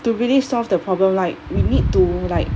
to really solve the problem right we need to like